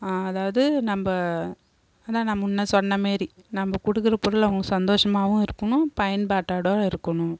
அதாவது நம்ம அதுதான் நான் முன்னே சொன்ன மாரி நம்ம கொடுக்குற பொருள் அவங்க சந்தோஷமாகவும் இருக்கணும் பயன்பாட்டோடவும் இருக்கணும்